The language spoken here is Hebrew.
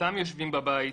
סתם יושבים בבית,